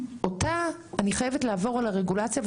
כדי לקבל אותה אני חייבת לעבור לרגולציה,